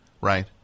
right